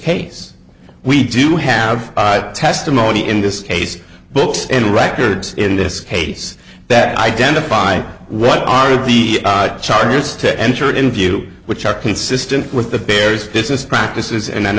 case we do have testimony in this case books and records in this case that identifying what are the charges to enter in view which are consistent with the bears business practices and